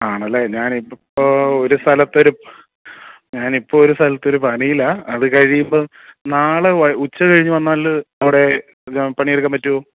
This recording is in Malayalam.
ആണല്ലേ ഞാനിപ്പോൾ ഒരു സ്ഥലത്തൊരു ഞാനിപ്പോൾ ഒരു സ്ഥലത്തൊരു പണിയിലാണ് അത് കഴിയുമ്പം നാളെ ഉച്ച കഴിഞ്ഞ് വന്നാൽ അവിടെ പണിയെടുക്കാൻ പറ്റുമോ